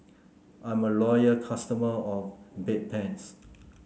I'm a loyal customer of Bedpans